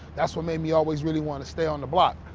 that's what made me always really want to stay on the block.